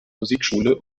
musikschule